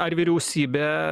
ar vyriausybė